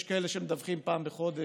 יש כאלה שמדווחים פעם בחודש,